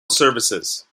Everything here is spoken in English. services